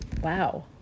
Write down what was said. Wow